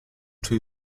two